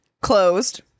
closed